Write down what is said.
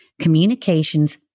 Communications